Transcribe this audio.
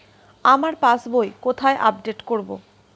আমার পাস বই কোথায় আপডেট করব?